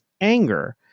anger